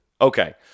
Okay